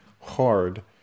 hard